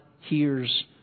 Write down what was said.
hears